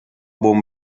buon